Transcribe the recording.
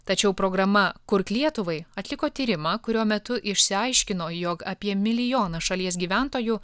tačiau programa kurk lietuvai atliko tyrimą kurio metu išsiaiškino jog apie milijoną šalies gyventojų